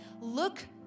look